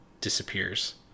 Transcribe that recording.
disappears